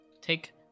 take